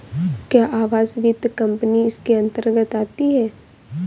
क्या आवास वित्त कंपनी इसके अन्तर्गत आती है?